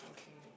okay